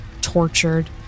tortured